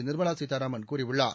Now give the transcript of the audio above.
நிர்மலா சீதாராமன் கூறியுள்ளார்